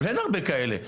אבל אין הרבה כאלה בעולם.